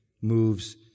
moves